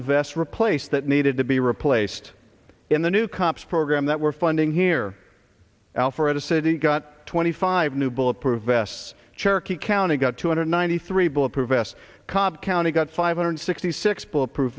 invest replace that needed to be replaced in the new cops program that we're funding here alpharetta city got twenty five new bulletproof vests cherokee county got two hundred ninety three bulletproof vests cobb county got five hundred sixty six bulletproof